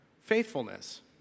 faithfulness